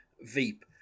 veep